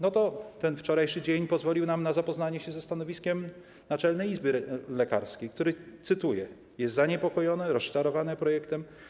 No to ten wczorajszy dzień pozwolił nam na zapoznanie się ze stanowiskiem Naczelnej Izby lekarskiej, która jest zaniepokojona i rozczarowana projektem.